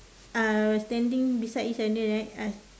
uh standing beside each other right